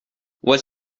was